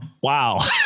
wow